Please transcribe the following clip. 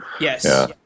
Yes